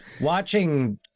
watching